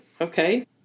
Okay